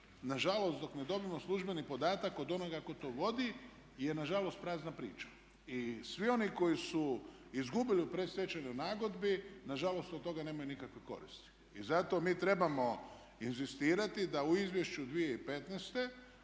nažalost dok ne dobijemo službeni podatak od onoga tko to vodi je nažalost prazna priča. I svi oni koji su izgubili u predstečajnoj nagodbi nažalost od toga nemaju nikakve koristi. I zato mi trebamo inzistirati da u izvješću 2015.